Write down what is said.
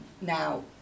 Now